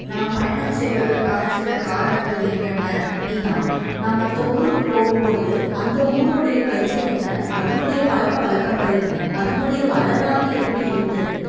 நான் பயணம் செய்வதற்கான சில காரணங்கள் என்னென்ன அப்படின்னா நான் மற்ற ஊருக்கு போகும்போது அந்த ஊரோடைய கல்ச்சர் என்ன அதனுடைய பழக்கவழக்கங்கள் என்ன அதனுடைய வரலாறு எப்படி இருந்தது